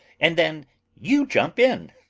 and then you jump in.